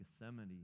Gethsemane